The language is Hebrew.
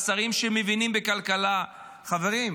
לשרים שמבינים בכלכלה: חברים,